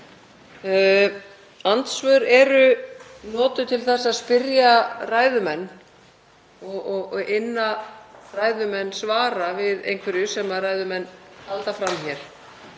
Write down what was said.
Andsvör eru notuð til að spyrja ræðumenn og inna ræðumenn svara við einhverju sem þeir halda fram hér.